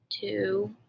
two